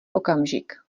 okamžik